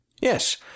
Yes